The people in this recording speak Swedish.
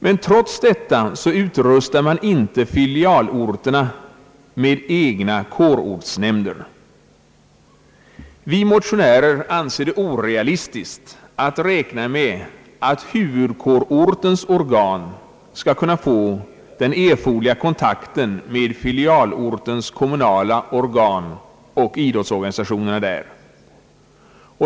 Men trots detta utrustar man inte filialorterna med egna kårortsnämnder. Vi motionärer anser det orealistiskt att räkna med att huvudkårortens organ skall kunna få den erforderliga kontakten med filialortens kommunala organ och idrottsorganisationerna där.